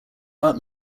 art